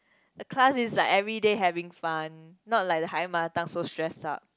the class is like everyday having fun not like the higher mother tongue so stressed up